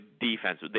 defense